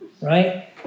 right